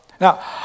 Now